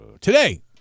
Today